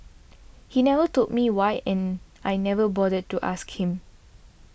he never told me why and I never bothered to ask him